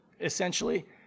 essentially